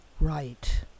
Right